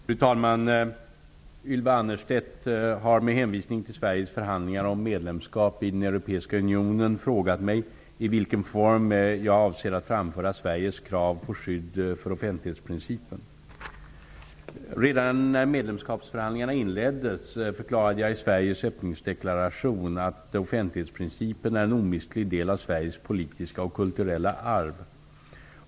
Fru talman! Ylva Annerstedt har med hänvisning till Sveriges förhandlingar om medlemskap i Europeiska unionen frågat mig i vilken form jag avser att framföra Sveriges krav på skydd för offentlighetsprincipen. Redan när medlemskapsförhandlingarna inleddes förklarade jag i Sveriges öppningsdeklaration att offentlighetsprincipen är en omistlig del av Sveriges politiska och kulturella arv.